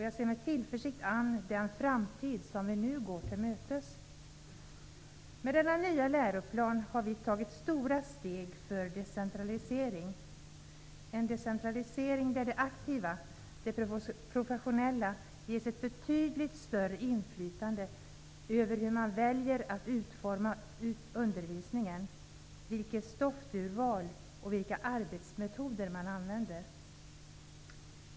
Jag ser med tillförsikt an den framtid vi nu går till mötes. Med denna nya läroplan har vi tagit stora steg för decentralisering, där det aktiva, det professionella, ges ett betydligt större inflytande över hur man väljer att utforma undervisningen, vilket stoffurval man gör och vilka arbetsmetoder man använder.